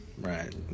Right